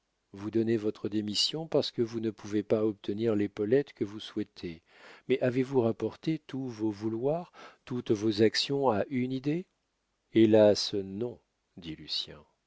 vous donnez votre démission parce que vous ne pouvez pas obtenir l'épaulette que vous souhaitez mais avez-vous rapporté tous vos vouloirs toutes vos actions à une idée hélas non dit